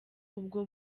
ubwo